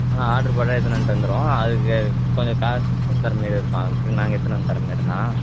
ஆ order போட்டால் எடுத்துன்னு வந்து தந்துடுவோம் அதுக்கு கொஞ்சம் காசு மட்டும் தர மாரியே இருக்கும் அதுக்கு நாங்கள் எடுத்துன்னு வந்து தர மாரின்னா